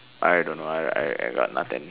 I really don't know I I I got nothing